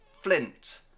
flint